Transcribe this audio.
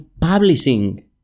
publishing